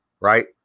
right